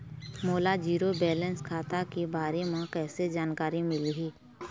मोला zero balance खाता के बारे म कैसे जानकारी मिलही?